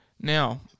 Now